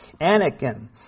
Anakin